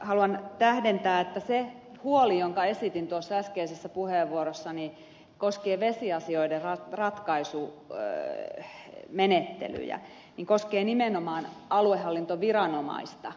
haluan tähdentää että se huoli jonka esitin äskeisessä puheenvuorossani koskee vesiasioiden ratkaisumenettelyjä ja koskee nimenomaan aluehallintoviranomaista